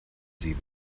sie